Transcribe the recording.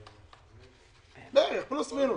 בערך, פלוס-מינוס?